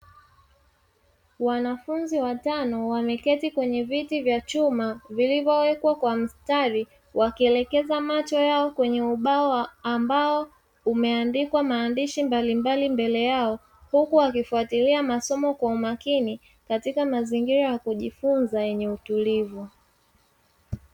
Wanafunzi watano wameketi kwenye viti vya chuma vilivyowekwa kwa mstari wakielekeza macho yao kwenye ubao ambao umeandikwa maandishi mbalimbali mbele yao huku wakifuatilia masomo kwa umakini katika mazingira ya kujifunza yenye utulivu.